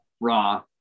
raw